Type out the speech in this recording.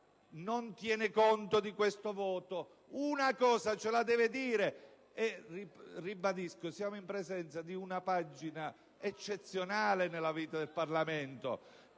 non tiene conto di questo voto? Una cosa ce la deve dire. Ribadisco: siamo in presenza di una pagina eccezionale nella vita del Parlamento.